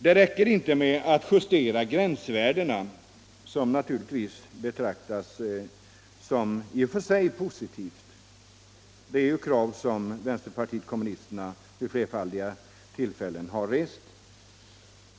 Det räcker inte med att justera gränsvärdena, vilket naturligtvis i och för sig måste betraktas som positivt och är ett krav som vänsterpartiet kommunisterna vid flerfaldiga tillfällen rest.